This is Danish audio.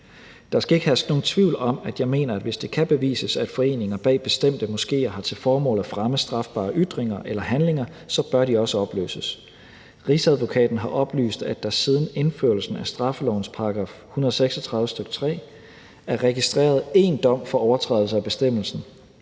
Der skal ikke herske nogen tvivl om, at jeg mener, at hvis det kan bevises, at foreninger bag bestemte moskéer har til formål at fremme strafbare ytringer eller handlinger, så bør de også opløses. Rigsadvokaten har oplyst, at der siden indførelsen af straffelovens § 136, stk. 3, er registreret én dom for overtrædelse af bestemmelsen.